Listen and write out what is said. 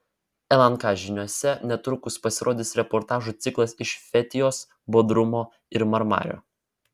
lnk žiniose netrukus pasirodys reportažų ciklas iš fetijos bodrumo ir marmario